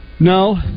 No